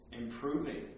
improving